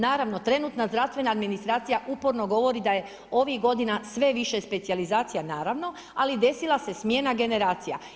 Naravno, trenutna zdravstvena administracija uporno govori da je ovi godina sve više specijalizacija naravno, ali desila se smjena generacija.